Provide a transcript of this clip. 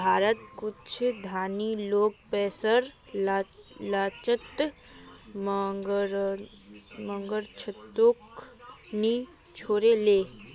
भारतत कुछू धनी लोग पैसार लालचत मगरमच्छको नि छोड ले